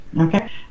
okay